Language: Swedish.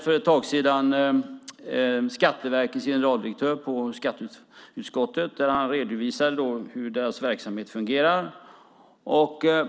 För ett tag sedan var Skatteverkets generaldirektör i skatteutskottet. Han redovisade då hur deras verksamhet fungerar.